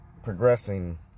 progressing